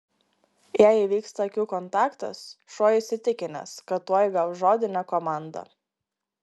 jei įvyksta akių kontaktas šuo įsitikinęs kad tuoj gaus žodinę komandą